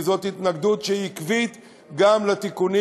כי זאת התנגדות שהיא עקבית גם לתיקונים